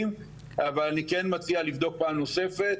אבל אני כן מציע לבדוק פעם נוספת.